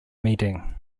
meeting